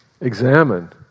Examine